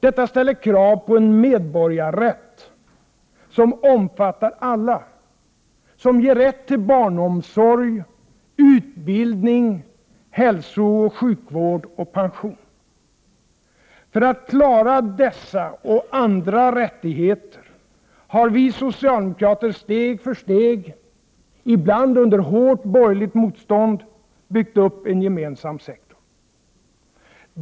Detta ställer krav på en medborgarrätt som omfattar alla, som För att klara dessa och andra rättigheter har vi socialdemokrater steg för steg — ibland under hårt borgerligt motstånd — byggt upp en gemensam sektor.